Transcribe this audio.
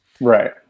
right